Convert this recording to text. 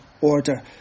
order